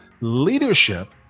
Leadership